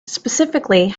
specifically